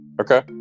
Okay